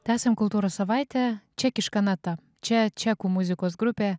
tęsiam kultūros savaitę čekiška nata čia čekų muzikos grupė